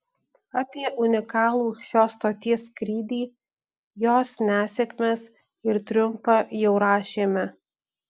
apie unikalų šios stoties skrydį jos nesėkmes ir triumfą jau rašėme